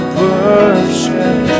worship